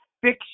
fiction